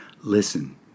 Listen